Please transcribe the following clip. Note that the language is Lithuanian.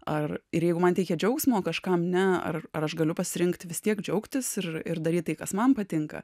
ar ir jeigu man teikia džiaugsmo kažkam ne ar aš galiu pasirinkti vis tiek džiaugtis ir ir daryt tai kas man patinka